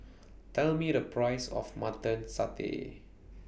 Tell Me The Price of Mutton Satay